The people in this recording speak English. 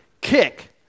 kick